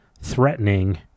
threatening